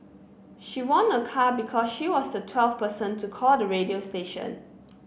she won a car because she was the twelfth person to call the radio station